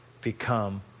become